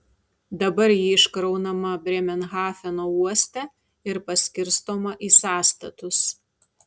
dabar ji iškraunama brėmerhafeno uoste ir paskirstoma į sąstatus